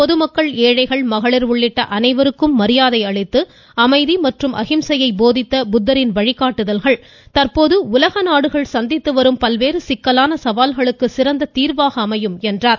பொதுமக்கள் ஏழைகள் மகளிர் உள்ளிட்ட அனைவருக்கும் மரியாதை அளித்து அமைதி மற்றும் அஹிம்சையை போதித்த புத்தரின் வழிகாட்டுதல்கள் தற்போது உலக நாடுகள் சந்தித்து வரும் பல்வேறு சிக்கலான சவால்களுக்கு சிறந்த தீர்வாக அமையும் என்றார்